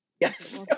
Yes